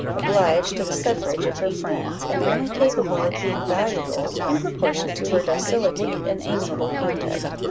obliged to the suffrage of her friends, and only capable of being valuable in proportion to her docility and amiable conduct.